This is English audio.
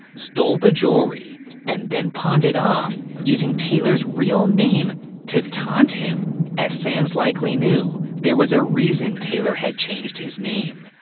stole the jewelry and then pawned it off using taylor's real name to taunt him as sands likely knew there was a reason taylor had changed his name.